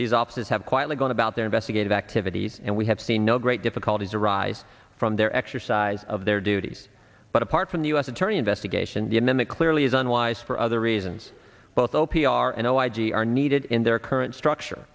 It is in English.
these offices have quietly gone about their investigative activities and we have seen no great difficulties arise from their exercise of their duties but apart from the u s attorney investigation the m m a clearly is unwise for other reasons both o p r and r y g are needed in their current structure